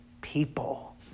people